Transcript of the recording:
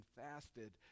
fasted